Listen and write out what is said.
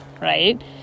right